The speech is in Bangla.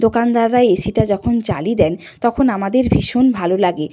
দোকানদাররা এসিটা যখন চালিয়ে দেন তখন আমাদের ভীষণ ভালো লাগে